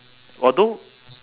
although